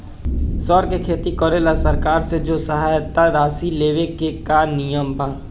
सर के खेती करेला सरकार से जो सहायता राशि लेवे के का नियम बा?